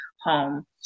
home